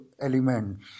elements